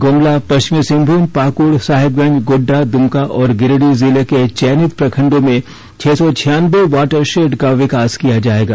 गुमला पश्चिमी सिंहभूम पाकुड़ साहेबगंज गोड्डा दुमका और गिरिडीह जिले के चयनित प्रखंडों में छह सौ छियानबे वाटरशेड का विकास किया जाएगा